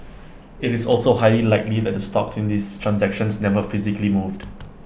IT is also highly likely that the stocks in these transactions never physically moved